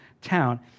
town